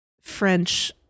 French